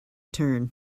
turn